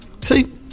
see